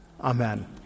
Amen